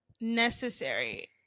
necessary